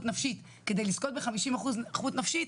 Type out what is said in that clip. נפשית כדי לזכות בחמישים אחוז נכות נפשית,